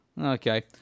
Okay